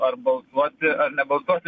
ar balsuoti ar nebalsuoti